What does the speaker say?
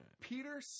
Peter